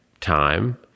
time